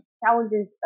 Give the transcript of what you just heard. challenges